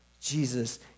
Jesus